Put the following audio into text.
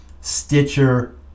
Stitcher